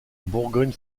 bourgogne